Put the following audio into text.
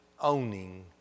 owning